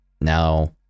Now